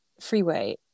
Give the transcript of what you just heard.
freeway